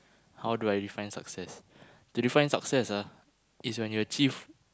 how do I define success to define success ah is when you achieve